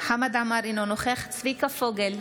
חמד עמאר, אינו נוכח צביקה פוגל,